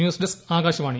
news desk Akashvani